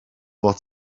fod